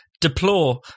deplore